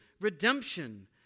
redemption